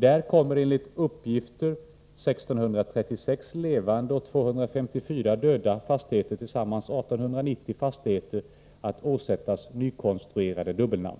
Där kommer enligt uppgifter 1636 levande och 254 döda fastigheter — tillsammans 1 890 fastigheter — att åsättas nykonstruerade dubbelnamn.